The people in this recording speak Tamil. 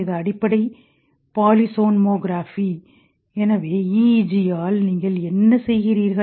இது அடிப்படை பாலிசோன்மோகிராபி எனவே EEG ஆல் நீங்கள் என்ன செய்கிறீர்கள்